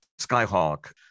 Skyhawk